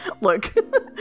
Look